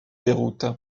déroute